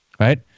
Right